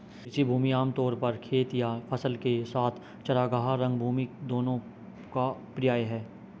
कृषि भूमि आम तौर पर खेत या फसल के साथ चरागाह, रंगभूमि दोनों का पर्याय है